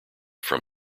from